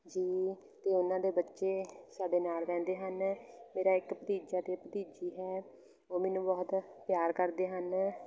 ਜੀ ਅਤੇ ਉਹਨਾਂ ਦੇ ਬੱਚੇ ਸਾਡੇ ਨਾਲ ਰਹਿੰਦੇ ਹਨ ਮੇਰਾ ਇੱਕ ਭਤੀਜਾ ਅਤੇ ਭਤੀਜੀ ਹੈ ਉਹ ਮੈਨੂੰ ਬਹੁਤ ਪਿਆਰ ਕਰਦੇ ਹਨ